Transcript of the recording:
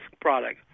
product